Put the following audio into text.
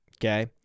okay